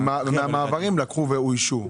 מהמעברים לקחו ואוישו.